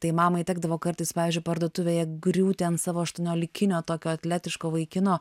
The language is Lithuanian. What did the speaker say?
tai mamai tekdavo kartais pavyzdžiui parduotuvėje griūti ant savo aštuoniolikinio tokio atletiško vaikino